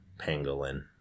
Pangolin